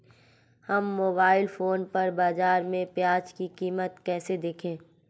हम mobile phone पर बाज़ार में प्याज़ की कीमत कैसे देखें?